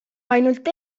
ainult